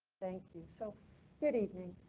thank you so good evening.